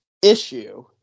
issue